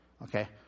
Okay